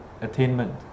attainment